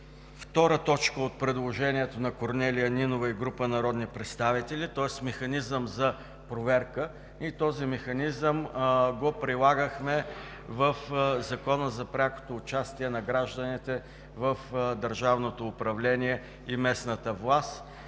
втора точка от предложението на Корнелия Нинова и група народни представители, тоест механизъм за проверка и този механизъм го прилагахме в Закона за прякото участие на гражданите в държавното управление и местната власт.